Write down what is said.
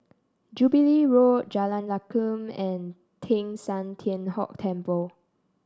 Jubilee Road Jalan Lakum and Teng San Tian Hock Temple